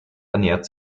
ernährt